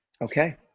Okay